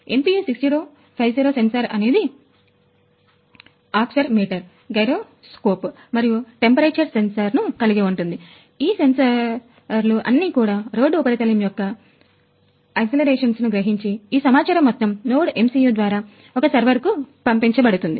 MPU 6050 sensor అనేది accelerometer కు పంపించబడుతుంది